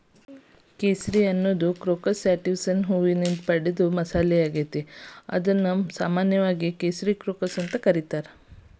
ಕೇಸರಿ ಅನ್ನೋದು ಕ್ರೋಕಸ್ ಸ್ಯಾಟಿವಸ್ನ ಹೂವಿನಿಂದ ಪಡೆದ ಮಸಾಲಿಯಾಗೇತಿ, ಇದನ್ನು ಸಾಮಾನ್ಯವಾಗಿ ಕೇಸರಿ ಕ್ರೋಕಸ್ ಅಂತ ಕರೇತಾರ